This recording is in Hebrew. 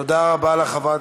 תודה רבה לחברת